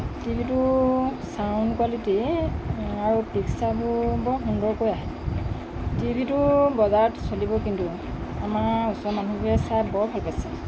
টিভিটো sound quality আৰু পিকচাৰবোৰ বৰ সুন্দৰকৈ আহে টিভিটো বজাৰত চলিব কিন্তু আমাৰ ওচৰৰ মানুহবোৰে চাই বৰ ভাল পাইছে